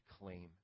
claim